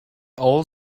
all